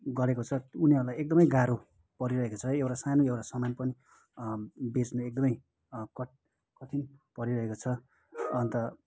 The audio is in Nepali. गरेको छ उनीहरूलाई एकदमै गाह्रो परिरहेको छ है एउटा सानो एउटा सामान पनि बेच्नु एकदमै कठिन परिरहेको छ अन्त